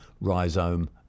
rhizome